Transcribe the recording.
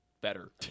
better